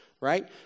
right